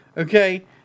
Okay